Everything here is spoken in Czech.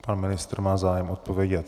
Pan ministr má zájem odpovědět.